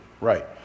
right